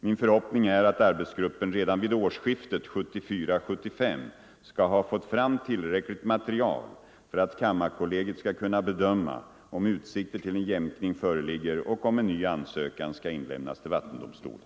Min förhoppning är att arbetsgruppen redan vid årsskiftet 1974-1975 skall ha fått fram tillräckligt material för att kammarkollegiet skall kunna bedöma om utsikter till en jämkning föreligger och om en ny ansökan skall inlämnas till vattendomstolen.